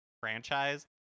franchise